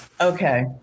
Okay